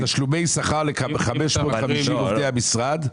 תשלומי שכר ל-550 עובדי המשרד.